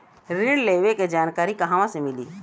ऋण लेवे के जानकारी कहवा से मिली?